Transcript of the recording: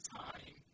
time